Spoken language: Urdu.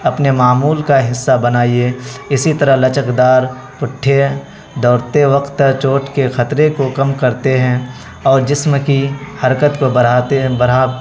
اپنے معمول کا حصہ بنائیے اسی طرح لچک دار پٹھے دوڑتے وقت چوٹ کے خطرے کو کم کرتے ہیں اور جسم کی حرکت کو بڑھاتے ہیں بڑھا